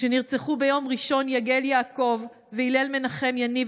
כשנרצחו ביום ראשון יגל יעקב והלל מנחם יניב,